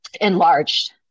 enlarged